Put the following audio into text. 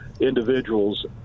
individuals